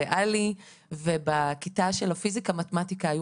ריאלי ובכיתה של הפיזיקה מתמטיקה היו